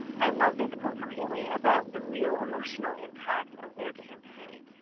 i love this quote from haley about the real emotional impact of their campaign.